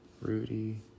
Rudy